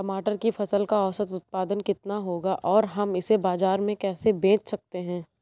टमाटर की फसल का औसत उत्पादन कितना होगा और हम इसे बाजार में कैसे बेच सकते हैं?